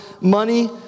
money